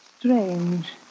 Strange